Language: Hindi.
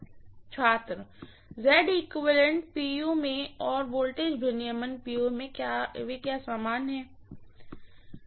छात्र pu में और वोल्टेज रेगुलेशन pu में क्या वे समान हैं